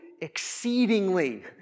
exceedingly